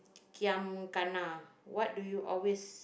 giam gana what do you always